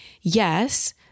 Yes